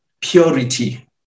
purity